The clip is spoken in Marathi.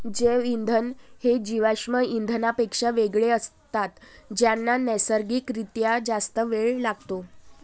जैवइंधन हे जीवाश्म इंधनांपेक्षा वेगळे असतात ज्यांना नैसर्गिक रित्या जास्त वेळ लागतो